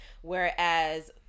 whereas